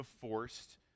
Forced